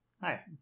Hi